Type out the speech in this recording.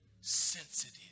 sensitive